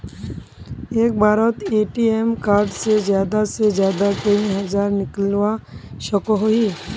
एक बारोत ATM card से ज्यादा से ज्यादा कई हजार निकलवा सकोहो ही?